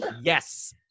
yes